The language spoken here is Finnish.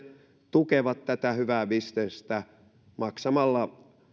tukevat tätä hyvää bisnestä maksamalla